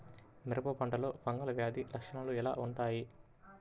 మిరప పంటలో ఫంగల్ వ్యాధి లక్షణాలు ఎలా వుంటాయి?